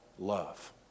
love